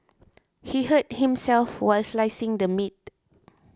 he hurt himself while slicing the meat